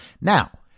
Now